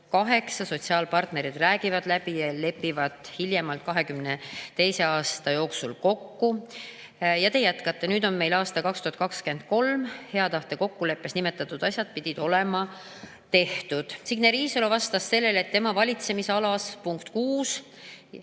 sotsiaalpartnerid räägivad läbi ja lepivad hiljemalt 2022. aasta jooksul kokku ..." Ja te jätkasite: "Nüüd on meil aasta 2023. Hea tahte kokkuleppes nimetatud asjad pidid olema [2022. aastal] tehtud." Signe Riisalo vastas sellele, et tema valitsemisalas olev punkt 6